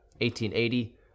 1880